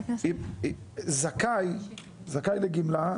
זכאי לגמלה,